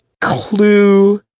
clue